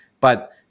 But-